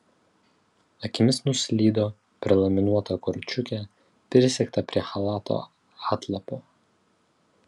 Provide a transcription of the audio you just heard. akimis nuslydo per laminuotą korčiukę prisegtą prie chalato atlapo